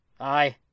Aye